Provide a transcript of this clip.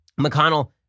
McConnell